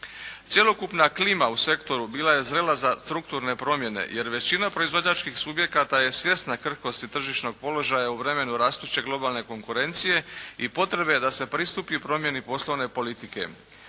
Cjelokupna klima u sektoru bila je zrela za strukturne promjene, jer većina proizvođačkih subjekata je svjesna krhkosti tržišnog položaja u vremenu rastuće globalne konkurencije i potrebi da se pristupi promjeni poslovene politike.